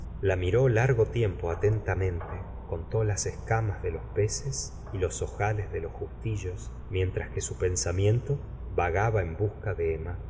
la miró largo tiempo atentamente contó las escamas de los peces y los ojales de los justillos mientras que su pensamiento vagaba en busca de emma